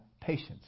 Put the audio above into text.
patience